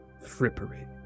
frippery